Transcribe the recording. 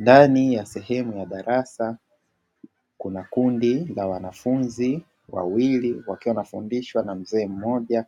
Ndani ya sehemu ya darasa. Kuna kundi la wanafunzi wawili wakiwa wanafundishwa na mzee mmoja,